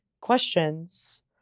questions